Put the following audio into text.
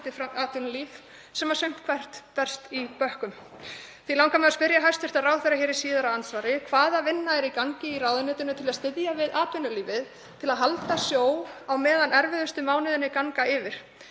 atvinnulíf sem sumt hvert berst í bökkum. Því langar mig að spyrja hæstv. ráðherra hér í síðara andsvari: Hvaða vinna er í gangi í ráðuneytinu til að styðja við atvinnulífið til að halda sjó á meðan erfiðustu mánuðirnir ganga yfir?